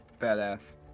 Badass